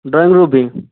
drawing room ବି